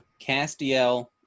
Castiel